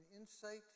insight